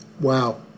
Wow